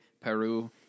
Peru